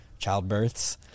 childbirths